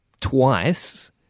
twice